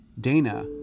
Dana